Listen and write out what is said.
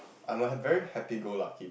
I'm a very happy go lucky